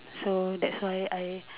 so that's why I